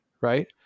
right